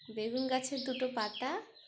বেগুন গাছের দুটো পাতা